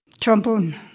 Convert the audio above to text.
Trombone